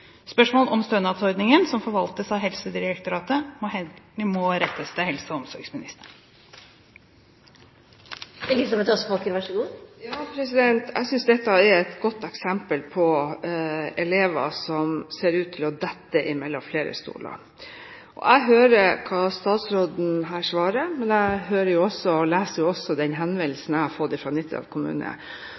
Spørsmål om stønadsordningen, som forvaltes av Helsedirektoratet, må rettes til helse- og omsorgsministeren. Jeg synes dette er et godt eksempel på elever som ser ut til å falle mellom flere stoler. Jeg hører hva statsråden svarer her, men jeg hører – og leser – også den henvendelsen jeg har fått fra Nittedal kommune.